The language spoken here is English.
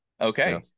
Okay